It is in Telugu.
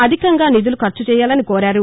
అధికంగా నిధులు ఖర్చు చేయాలని కోరారు